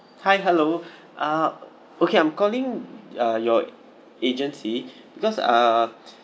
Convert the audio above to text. hi hello uh o~ okay I'm calling uh your agency because uh